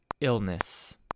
illness